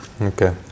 Okay